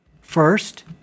First